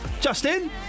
Justin